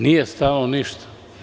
Nije stalo ništa.